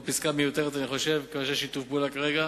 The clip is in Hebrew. זו פסקה מיותרת ויש שיתוף פעולה כרגע